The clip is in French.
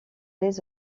les